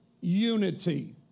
unity